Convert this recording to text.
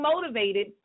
motivated